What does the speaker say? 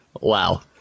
Wow